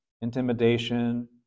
intimidation